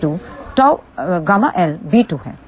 a2 ƬLb2 है